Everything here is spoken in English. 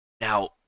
Now